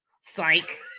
Psych